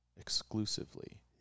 exclusively